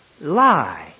lie